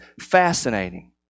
fascinating